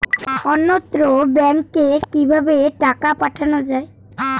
অন্যত্র ব্যংকে কিভাবে টাকা পাঠানো য়ায়?